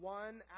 one